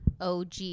OG